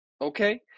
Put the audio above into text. Okay